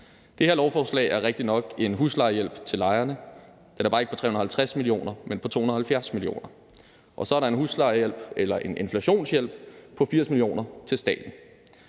Det her lovforslag er rigtigt nok en huslejehjælp til lejerne; den er bare ikke på 350 mio. kr., men på 270 mio. kr. Og så er der en inflationshjælp på 80 mio. kr. til staten.